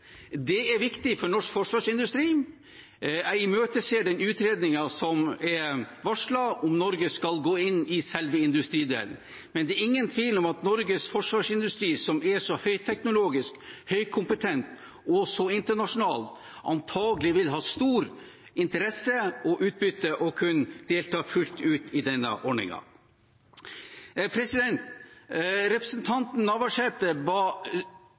Det er viktig for norsk forsvarsindustri. Jeg imøteser den utredningen som er varslet, om Norge skal gå inn i selve industridelen, men det er ingen tvil om at Norges forsvarsindustri, som er så høyteknologisk, høykompetent og så internasjonal, antakelig vil ha stor interesse og utbytte av å kunne delta fullt ut i denne ordningen. Representanten Navarsete ba